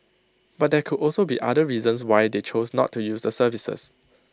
but there could also be other reasons why they choose not to use the services